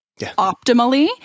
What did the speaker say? optimally